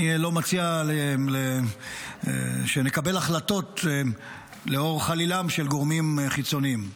אני לא מציע שנקבל החלטות לאור חלילם של גורמים חיצוניים,